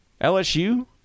LSU